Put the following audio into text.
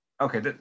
okay